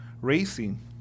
racing